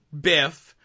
Biff